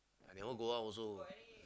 I cannot go out also